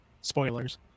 spoilers